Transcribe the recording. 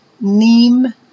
neem